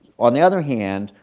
on the other hand,